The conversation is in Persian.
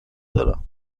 دارم